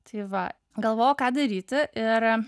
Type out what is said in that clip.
tai va galvojau ką daryti ir